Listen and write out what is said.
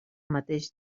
mateix